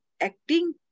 acting